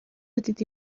دیدی